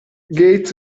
gates